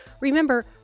Remember